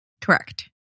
Correct